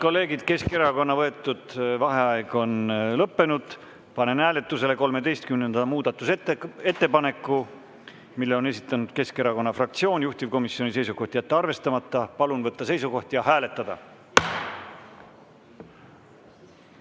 Head kolleegid, Keskerakonna võetud vaheaeg on lõppenud. Panen hääletusele 13. muudatusettepaneku. Selle on esitanud [Eesti] Keskerakonna fraktsioon. Juhtivkomisjoni seisukoht on jätta arvestamata. Palun võtta seisukoht ja hääletada!